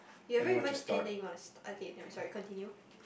you haven't even end then you want to st~ okay never mind sorry continue